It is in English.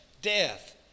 Death